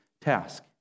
task